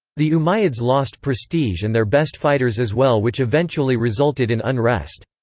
the umayyads lost prestige and their best fighters as well which eventually resulted in unrest.